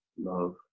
love